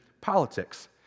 politics